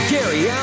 Gary